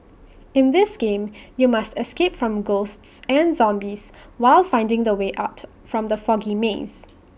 in this game you must escape from ghosts and zombies while finding the way out from the foggy maze